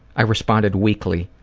i responded weakly,